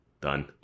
done